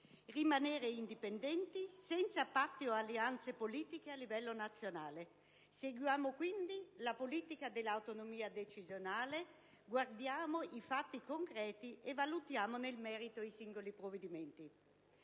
rimanere indipendenti senza patti o alleanze politiche a livello nazionale. Seguiamo quindi la politica dell'autonomia decisionale: guardiamo i fatti concreti e valutiamo nel merito i singoli provvedimenti.